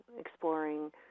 exploring